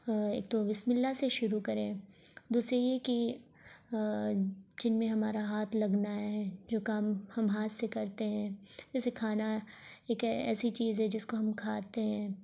ایک تو بسم اللہ سے شروع کریں دوسرے یہ کہ جن میں ہمارا ہاتھ لگنا ہے جو کام ہم ہاتھ سے کرتے ہیں جیسے کھانا ایک ایسی چیز ہے جس کو ہم کھاتے ہیں